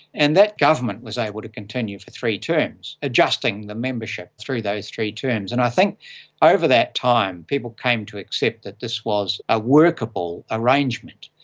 and that government was able to continue for three terms, adjusting the membership through those three terms. and i think over that time people came to accept that this was a workable arrangement,